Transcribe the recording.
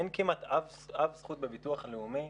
אין כמעט אף זכות בביטוח הלאומי,